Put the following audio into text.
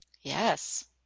Yes